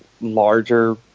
larger